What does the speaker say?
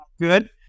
Good